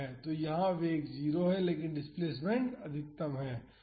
तो यहाँ वेग 0 है लेकिन डिस्प्लेसमेंट अधिकतम है